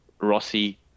Rossi